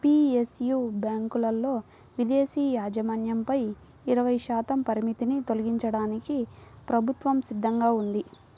PSU బ్యాంకులలో విదేశీ యాజమాన్యంపై ఇరవై శాతం పరిమితిని తొలగించడానికి ప్రభుత్వం సిద్ధంగా ఉంది